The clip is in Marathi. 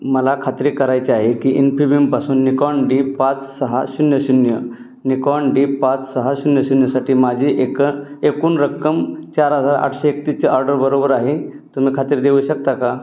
मला खात्री करायची आहे की इन्फीबीमपासून निकॉन डी पाच सहा शून्य शून्य निकॉन डी पाच सहा शून्य शून्यसाठी माझी एक एकूण रक्कम चार हजार आठशे एकतीसची ऑर्डर बरोबर आहे तुम्ही खात्री देऊ शकता का